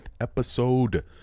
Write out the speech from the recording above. episode